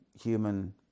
human